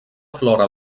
flora